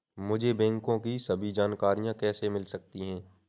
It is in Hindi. मुझे बैंकों की सभी जानकारियाँ कैसे मिल सकती हैं?